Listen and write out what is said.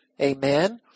Amen